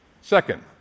Second